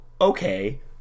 okay